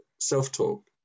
self-talk